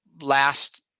last